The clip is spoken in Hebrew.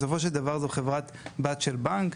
בסופו של דבר זו חברת בת של בנק,